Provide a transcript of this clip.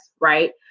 Right